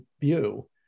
view